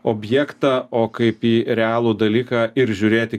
objektą o kaip į realų dalyką ir žiūrėti